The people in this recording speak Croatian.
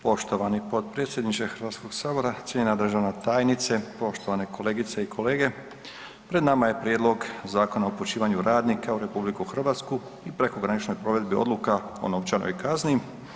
Poštovani potpredsjedniče Hrvatskog sabora, cijenjena državna tajnice, poštovane kolegice i kolege pred nama je Prijedlog Zakona o upućivanju radnika u RH i prekograničnoj provedbi odluka o novčanoj kazni.